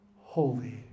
Holy